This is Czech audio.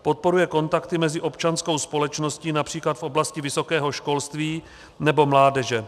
Podporuje kontakty mezi občanskou společností, např. v oblasti vysokého školství nebo mládeže.